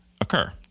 occur